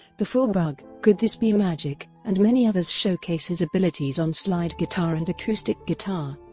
the full bug, could this be magic and many others showcase his abilities on slide guitar and acoustic guitar.